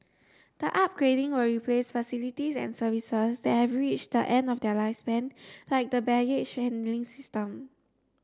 the upgrading will replace facilities and services that have reached the end of their lifespan like the baggage handling system